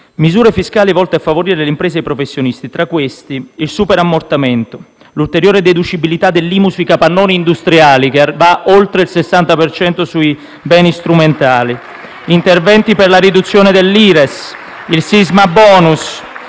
Misure fiscali volte a favorire le imprese e i professionisti. Tra queste: il superammortamento, l'ulteriore deducibilità dell'IMU sui capannoni industriali, che va oltre il 60 per cento sui beni strumentali, interventi per la riduzione dell'Ires, il sisma *bonus*,